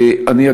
אני,